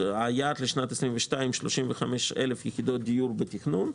היעד לשנת 22' הוא 35,000 יחידות דיור בתכנון,